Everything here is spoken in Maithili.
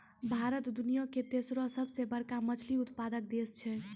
भारत दुनिया के तेसरो सभ से बड़का मछली उत्पादक देश छै